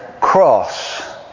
cross